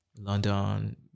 London